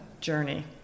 journey